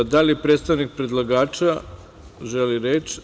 Da li predstavnik predlagača želi reč?